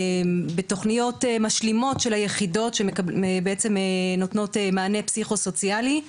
בתוכניות שמשלימות של היחידות שנותנות מענה פסיכוסוציאלי,